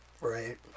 right